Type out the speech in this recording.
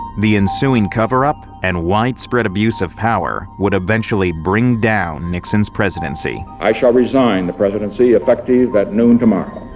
the ensuing cover up and widespread abuse of power would eventually bring down nixon's presidency. i shall resign the presidency effective at noon tomorrow.